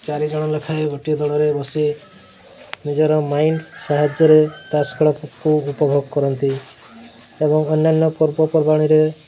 ଚାରିଜଣ ଲେଖାଏଁ ଗୋଟିଏ ଦଳରେ ବସି ନିଜର ମାଇଣ୍ଡ୍ ସାହାଯ୍ୟରେ ତାସ୍ ଖେଳକୁ ଉପଭୋଗ କରନ୍ତି ଏବଂ ଅନ୍ୟାନ୍ୟ ପର୍ବପର୍ବାଣିରେ